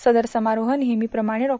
सदर समारोह नेहमीप्रमाणे डॉ